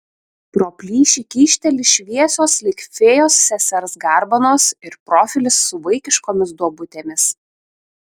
pro plyšį kyšteli šviesios lyg fėjos sesers garbanos ir profilis su vaikiškomis duobutėmis